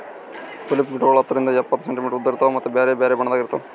tulip ಗಿಡಗೊಳ್ ಹತ್ತರಿಂದ್ ಎಪ್ಪತ್ತು ಸೆಂಟಿಮೀಟರ್ ಉದ್ದ ಇರ್ತಾವ್ ಮತ್ತ ಬ್ಯಾರೆ ಬ್ಯಾರೆ ಬಣ್ಣದಾಗ್ ಇರ್ತಾವ್